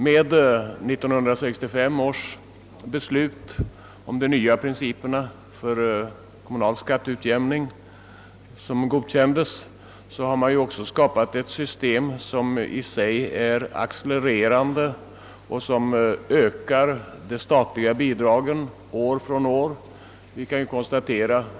Med 1965 års beslut om de nya principerna för kommunal skatteutjämning har det skapats ett system som är accelererande i sig och som ökar de statliga bidragen från år till år.